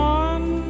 one